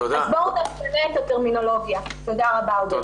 תודה רבה.